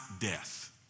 death